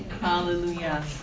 Hallelujah